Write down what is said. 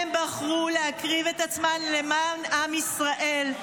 הם בחרו להקריב את עצמם למען עם ישראל,